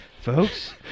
folks